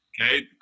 okay